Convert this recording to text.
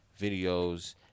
videos